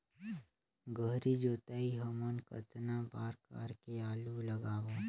गहरी जोताई हमन कतना बार कर के आलू लगाबो?